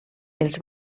els